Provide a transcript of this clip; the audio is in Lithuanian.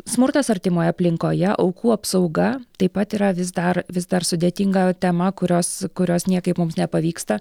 smurtas artimoje aplinkoje aukų apsauga taip pat yra vis dar vis dar sudėtinga tema kurios kurios niekaip mums nepavyksta